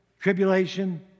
tribulation